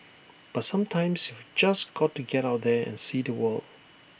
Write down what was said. but sometimes you've just got to get out there and see the world